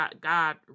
god